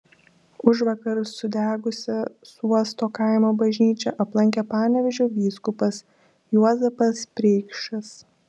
užvakar sudegusią suosto kaimo bažnyčią aplankė panevėžio vyskupas juozapas preikšas